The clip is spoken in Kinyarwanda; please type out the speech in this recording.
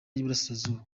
y’iburasirazuba